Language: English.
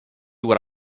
what